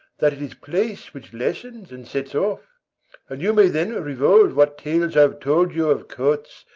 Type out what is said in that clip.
that it is place which lessens and sets off and you may then revolve what tales i have told you of courts,